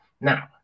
now